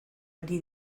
ari